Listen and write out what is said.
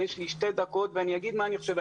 יש לי שתי דקות ואני אגיד מה אני חושב.